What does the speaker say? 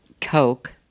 coke